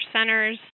centers